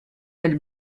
del